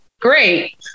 great